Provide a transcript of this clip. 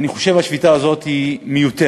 אני חושב שהשביתה הזאת מיותרת.